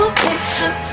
picture